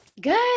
Good